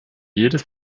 jedes